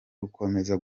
rukomeza